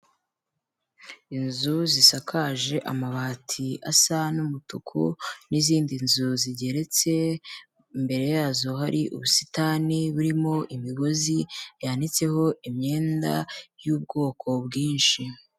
Inzu zisakaje amabati asa n'umutuku n'izindi nzu zigeretse, imbere yazo hari ubusitani burimo imigozi yanitseho imyenda y'ubwoko bwinshi.